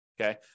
Okay